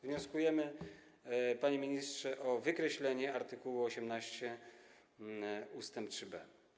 Wnioskujemy, panie ministrze, o wykreślenie art. 18 ust. 3b.